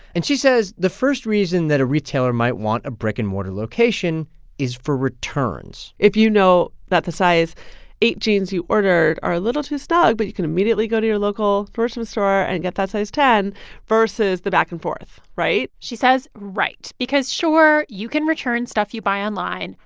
and she says the first reason that a retailer might want a brick-and-mortar location is for returns if you know that the size eight jeans you ordered are a little too snug, but you can immediately go to your local store and get that size ten versus the back and forth, right? she says right because, sure, you can return stuff you buy online,